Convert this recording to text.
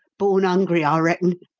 born ungry, i reckon.